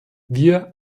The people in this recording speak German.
wir